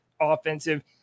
offensive